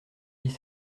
dix